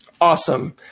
Awesome